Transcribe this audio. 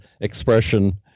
expression